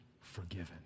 forgiven